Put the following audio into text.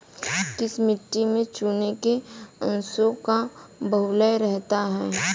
किस मिट्टी में चूने के अंशों का बाहुल्य रहता है?